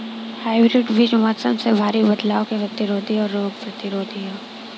hybrid बीज मौसम में भारी बदलाव के प्रतिरोधी और रोग प्रतिरोधी ह